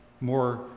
more